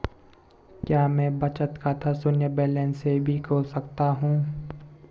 क्या मैं बचत खाता शून्य बैलेंस से भी खोल सकता हूँ?